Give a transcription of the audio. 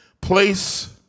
Place